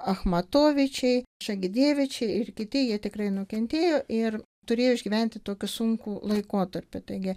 achmatovičiai šagidievičiai ir kiti jie tikrai nukentėjo ir turėjo išgyventi tokį sunkų laikotarpį taigi